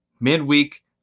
Midweek